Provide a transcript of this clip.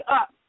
up